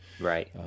Right